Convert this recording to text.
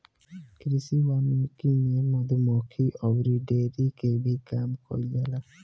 कृषि वानिकी में मधुमक्खी अउरी डेयरी के भी काम कईल जाला